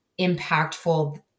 impactful